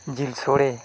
ᱡᱤᱞ ᱥᱚᱲᱮ